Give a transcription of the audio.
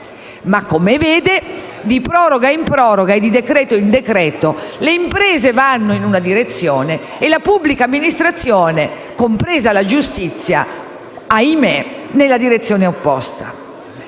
Ma come vede, di proroga in proroga, di decreto-legge in decreto-legge, le imprese vanno in una direzione e la pubblica amministrazione, compresa la giustizia, va nella direzione opposta.